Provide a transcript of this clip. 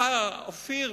אופיר,